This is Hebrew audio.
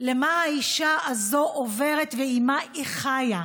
של מה שהאישה הזאת עוברת ועם מה היא חיה,